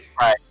Right